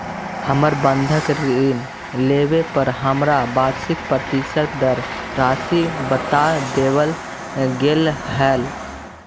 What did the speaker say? हमर बंधक ऋण लेवे पर हमरा वार्षिक प्रतिशत दर राशी बता देवल गेल हल